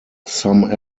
some